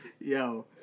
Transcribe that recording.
Yo